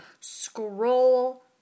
scroll